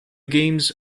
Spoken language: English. games